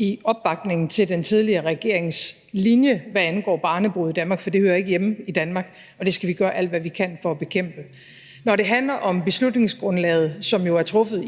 om opbakningen til den tidligere regerings linje, hvad angår barnebrude i Danmark, for det hører ikke hjemme i Danmark, og det skal vi gøre alt, hvad vi kan, for at bekæmpe. Når det handler om beslutningsgrundlaget, som jo er truffet af